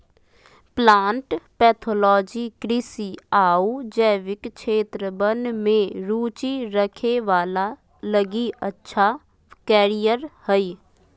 plant pathology कृषि आऊ जैविक क्षेत्र वन में रुचि रखे वाला लगी अच्छा कैरियर हइ